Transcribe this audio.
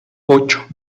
ocho